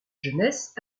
jeunesse